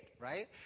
right